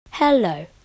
hello